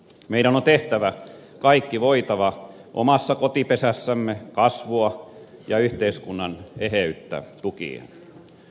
meidän on tehtävä kaikki voitava omassa kotipesässämme kasvua ja yhteiskunnan eheyttä tukien